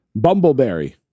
Bumbleberry